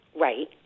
Right